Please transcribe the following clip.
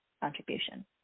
contribution